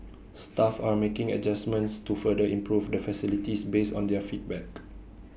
staff are making adjustments to further improve the facilities based on their feedback